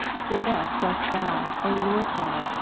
for thus dost thou, o lord god,